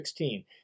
16